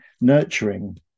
nurturing